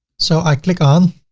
so i click on